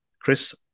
Chris